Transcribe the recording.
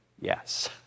yes